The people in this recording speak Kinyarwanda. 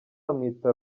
bamwita